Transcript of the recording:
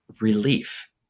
relief